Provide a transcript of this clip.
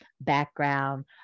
background